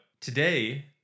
today